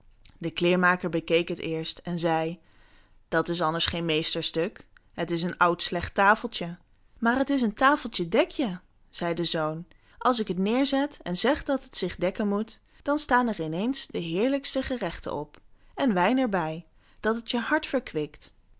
de kleermaker bekeek het eerst en zei dat is anders geen meesterstuk het is een oud slecht tafeltje maar het is een tafeltje dek je zei de zoon als ik het neerzet en zeg dat het zich dekken moet dan staan er in eens de heerlijkste gerechten op en wijn er bij dat het je hart verkwikt